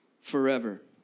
forever